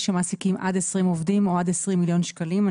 שמעסיקים עד 20 עובדים או עד 20 מיליון שקלים.